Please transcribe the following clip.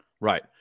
Right